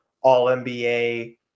all-NBA